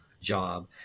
job